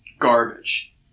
garbage